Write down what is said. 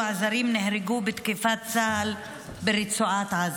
זרים נהרגו בתקיפת צה"ל ברצועת עזה.